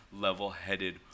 level-headed